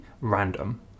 random